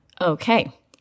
Okay